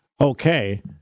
okay